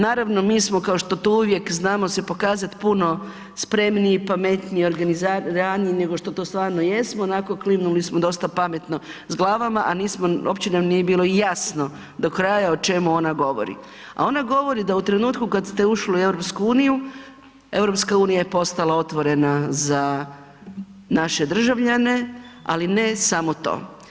Naravno, mi smo kao što to uvijek znamo se pokazati puno spremniji, pametniji, organiziraniji nego što to stvarno jesmo, onako, klimnuli smo dosta pametno s glavama, a nismo, uopće nam nije bilo jasno do kraja o čemu ona govori, a ona govori da u trenutku kad ste ušli u EU, EU je postala otvorena za naše državljane, ali ne samo to.